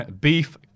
beef